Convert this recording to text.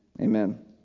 Amen